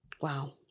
Wow